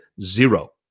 zero